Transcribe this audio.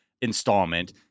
installment